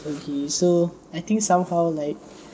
okay so I think somehow like